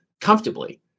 comfortably